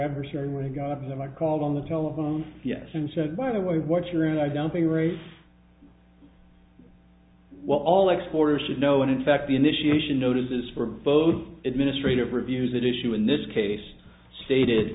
adversary when i got my call on the telephone yes and said by the way what you are and i don't think race well all exporters should know and in fact the initiation notices for both administrative reviews that issue in this case stated